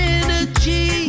energy